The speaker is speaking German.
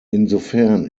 insofern